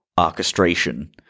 orchestration